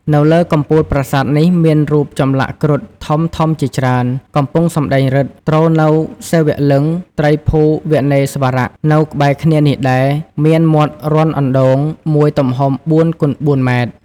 នៅលើកំពូលប្រាសាទនេះ មានរូបចំលាក់គ្រុឌ ធំៗជាច្រើន កំពុងសំដែងឫទ្ធិ ទ្រនូវសិវលឹង្គ ត្រីភូវនេស្វរៈ នៅក្បែរគ្នានេះដែរ មានមាត់រន្ធអណ្តូង មួយទំហំ ៤ គុណ ៤ ម៉ែត្រ។